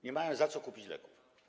Nie mają za co kupić leków.